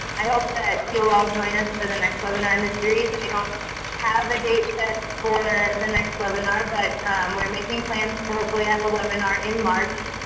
i hope that you'll all join us for the next webinar in the series. i don't have a date set for the next webinar, but we're making plans to hopefully have a webinar in march.